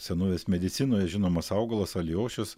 senovės medicinoje žinomas augalas alijošius